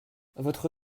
votre